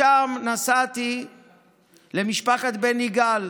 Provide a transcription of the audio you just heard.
משם נסעתי למשפחת בן יגאל,